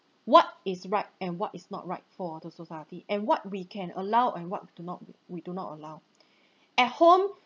what is right and what is not right for the society and what we can allow and what not we do not allow at home